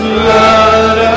blood